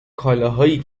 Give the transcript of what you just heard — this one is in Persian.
کالاهایی